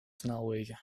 snelwegen